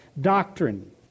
doctrine